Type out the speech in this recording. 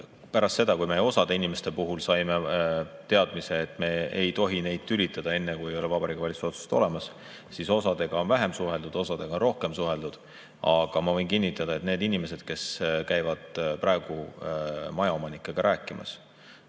pärast seda, kui me osa inimeste puhul saime teadmise, et me ei tohi neid tülitada, enne kui ei ole Vabariigi Valitsuse otsust olemas, siis osaga on vähem suheldud, teistega on rohkem suheldud. Aga ma võin kinnitada, et need inimesed, kes käivad praegu majaomanikega rääkimas,